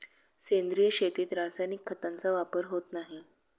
सेंद्रिय शेतीत रासायनिक खतांचा वापर होत नाही